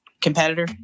competitor